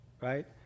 right